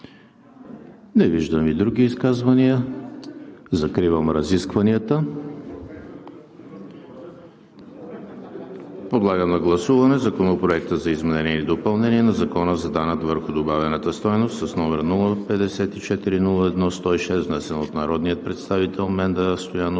Не виждам и други изказвания. Закривам разискванията. Подлагам на гласуване Законопроект за изменение и допълнение на Закона за данък върху добавената стойност, № 054-01-106, внесен от народния представител Менда Стоянова